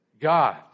God